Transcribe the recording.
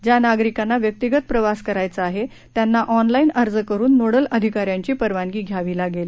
ज्या नागरिकांना व्यक्तिगत प्रवास करायचा आहे त्यांना ऑनलाईन अर्ज करून नोडल अधिकाऱ्यांची परवानगी घ्यावी लागेल